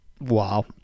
Wow